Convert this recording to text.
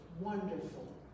wonderful